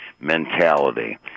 mentality